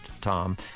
tom